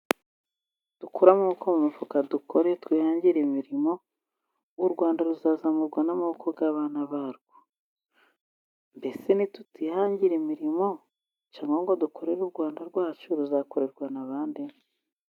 Dukure amaboko mu mifuka dukore twihangire imirimo, u Rwanda ruzazamurwa n'amaboko y'abana barwo, mbese ni tutihangira imirimo cyangwa ngo dukorere u Rwanda rwacu ruzakorerwa na bande?